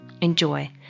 Enjoy